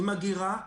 כולל אגירה,